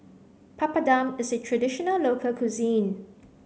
papadum is a traditional local cuisine